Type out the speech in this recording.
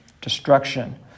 Destruction